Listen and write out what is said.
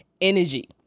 energy